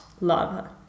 lava